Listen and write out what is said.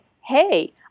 hey